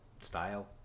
style